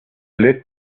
lit